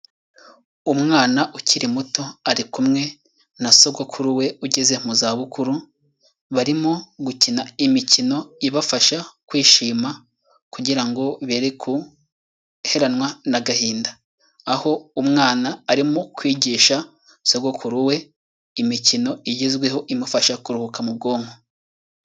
Umwana ukiri muto ari kumwe na sogokuru we ugeze mu za bukuru barimo gukina imikino ibafasha kwishima kugira ngo bere kuheranwa n'agahinda, aho umwana arimo kwigisha sogokuru we imikino igezweho imufasha kuruhuka mu bwonko.